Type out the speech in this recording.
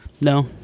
No